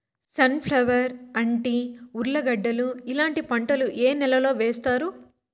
Sun flower, అంటి, ఉర్లగడ్డలు ఇలాంటి పంటలు ఏ నెలలో వేస్తారు?